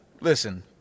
Listen